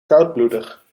koudbloedig